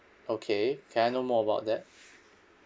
okay can I know more about that